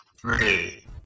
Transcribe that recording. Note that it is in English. three